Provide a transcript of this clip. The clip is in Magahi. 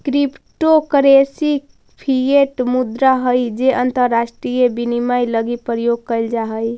क्रिप्टो करेंसी फिएट मुद्रा हइ जे अंतरराष्ट्रीय विनिमय लगी प्रयोग कैल जा हइ